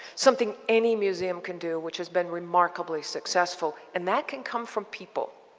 something any museum can do which has been remarkably successful. and that can come from people.